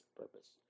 purpose